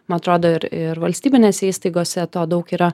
man atrodo ir ir valstybinėse įstaigose to daug yra